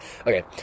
Okay